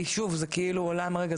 זה כאילו עולם אחר,